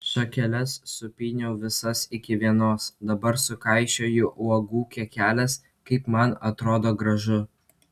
šakeles supyniau visas iki vienos dabar sukaišioju uogų kekeles kaip man atrodo gražu